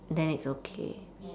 then it's okay